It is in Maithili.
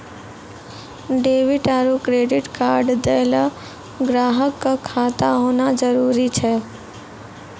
डेबिट आरू क्रेडिट कार्ड दैय ल ग्राहक क खाता होना जरूरी छै